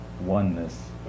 oneness